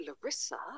Larissa